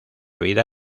vida